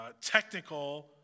technical